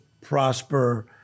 prosper